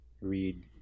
read